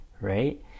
right